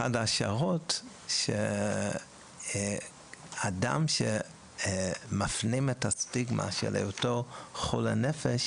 אחת ההשערות היא שאדם שמפנים את הסטיגמה של היותו חולה נפש